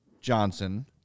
Johnson